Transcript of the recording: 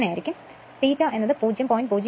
അങ്ങനെയായിരിക്കും ∅ എന്നത് 0